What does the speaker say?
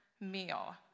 meal